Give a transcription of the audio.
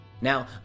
Now